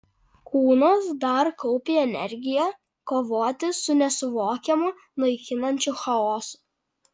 kūnas dar kaupė energiją kovoti su nesuvokiamu naikinančiu chaosu